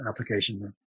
application